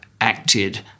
acted